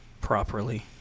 properly